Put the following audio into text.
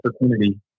opportunity